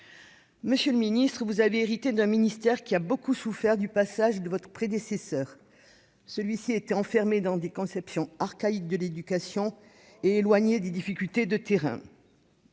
Monsieur le ministre, vous avez hérité d'un ministère qui a beaucoup souffert du passage de votre prédécesseur, enfermé qu'il était dans ses conceptions archaïques de l'éducation, éloignées des difficultés de terrain.